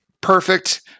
Perfect